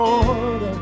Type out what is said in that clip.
Lord